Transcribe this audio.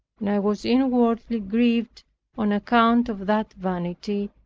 and i was inwardly grieved on account of that vanity,